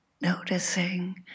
Noticing